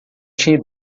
tinha